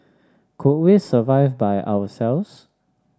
could we survive by ourselves